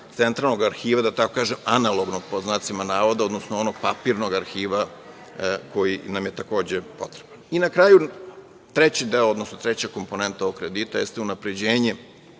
centralnog arhiva, da tako kažem, analognog, pod znacima navoda, odnosno onog papirnog arhiva koji nam je, takođe, potreban. Treći deo, odnosno treća komponenta ovog kredita jeste unapređenje